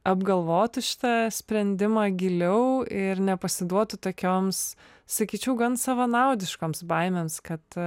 apgalvotų šitą sprendimą giliau ir nepasiduotų tokioms sakyčiau gan savanaudiškoms baimėms kad